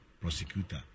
prosecutor